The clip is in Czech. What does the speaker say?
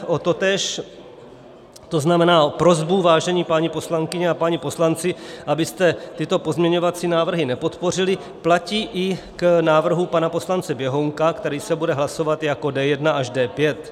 Totéž, to znamená prosba, vážené paní poslankyně a páni poslanci, abyste tyto pozměňovací návrhy nepodpořili, platí i k návrhu pana poslance Běhounka, který se bude hlasovat jako D1 až D5.